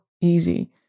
easy